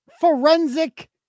forensic